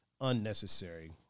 unnecessary